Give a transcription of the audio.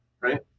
right